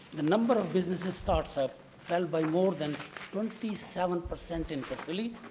the number of business ah start-ups fell by more than twenty seven per cent in caerphilly,